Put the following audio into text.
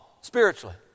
spiritually